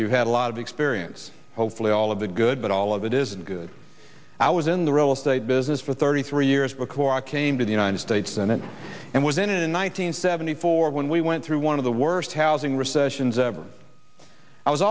you have a lot of experience hopefully all of the good but all of it isn't good i was in the real estate business for thirty three years because i came to the united states senate and was in it in one nine hundred seventy four when we went through one of the worst housing recessions ever i was